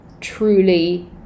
truly